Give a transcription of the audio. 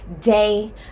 day